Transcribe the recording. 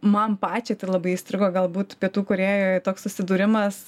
man pačiai tai labai įstrigo galbūt pietų korėjoj toks susidūrimas